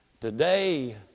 Today